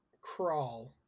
crawl